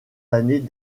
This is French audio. années